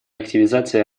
активизация